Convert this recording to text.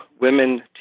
women